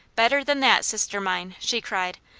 better than that, sister mine! she cried.